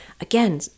again